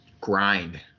grind